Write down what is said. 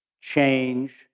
change